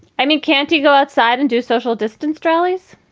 i mean, can't he go outside and do social distance rallies?